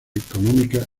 económicas